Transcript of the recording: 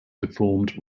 deformed